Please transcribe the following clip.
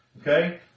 Okay